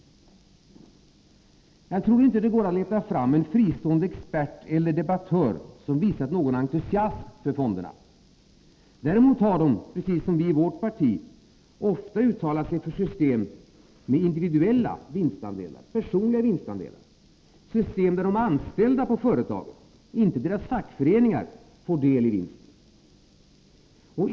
Jag tror inte att det går att leta fram en fristående expert eller debattör som visat någon entusiasm för fonderna. Däremot har de, precis som vi i vårt parti, ofta uttalat sig för system med individuella vinstandelar, personliga vinstandelar, system där de anställda på företaget — inte deras fackföreningar — får del i vinsten.